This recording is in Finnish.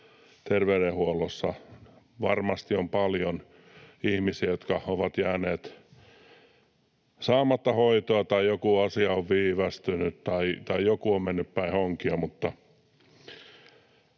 terveydenhuollossa. Varmasti on paljon ihmisiä, joilta on jäänyt saamatta hoitoa tai joilla joku asia on viivästynyt tai joilla joku on mennyt päin honkia.